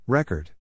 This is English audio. Record